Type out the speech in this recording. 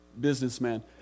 businessman